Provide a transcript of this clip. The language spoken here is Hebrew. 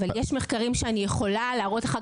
אבל יש מחקרים שאני יכולה להראות אחר